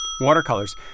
Watercolors